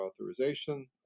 authorization